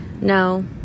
No